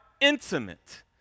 intimate